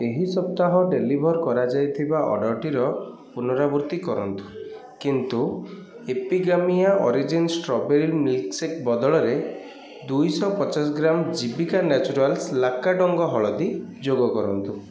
ଏହି ସପ୍ତାହ ଡେଲିଭର୍ କରାଯାଇଥିବା ଅଡ଼ର୍ଟିର ପୁନରାବୃତ୍ତି କରନ୍ତୁ କିନ୍ତୁ ଏପିଗାମିଆ ଓରିଜିନ୍ସ୍ ଷ୍ଟ୍ରବେରୀରୁ ମିଲ୍କ୍ଶେକ୍ ବଦଳରେ ଦୁଇଶହ ପଚାଶ ଗ୍ରାମ୍ ଜୀବିକା ନ୍ୟାଚୁରାଲ୍ସ୍ ଲାକାଡ଼ଙ୍ଗ ହଳଦୀ ଯୋଗକରନ୍ତୁ